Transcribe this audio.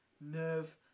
nerve